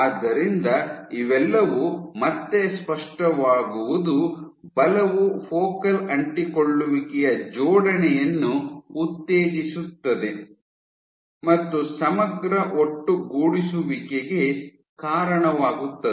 ಆದ್ದರಿಂದ ಇವೆಲ್ಲವೂ ಮತ್ತೆ ಸ್ಪಷ್ಟವಾಗುವುದು ಬಲವು ಫೋಕಲ್ ಅಂಟಿಕೊಳ್ಳುವಿಕೆಯ ಜೋಡಣೆಯನ್ನು ಉತ್ತೇಜಿಸುತ್ತದೆ ಮತ್ತು ಸಮಗ್ರ ಒಟ್ಟುಗೂಡಿಸುವಿಕೆಗೆ ಕಾರಣವಾಗುತ್ತದೆ